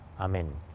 Amen